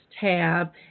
tab